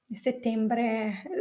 settembre